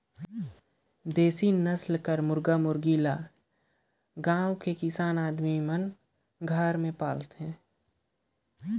देसी नसल कर मुरगा मुरगी कर पालन जादातर गाँव कर किसान मन घरे में करथे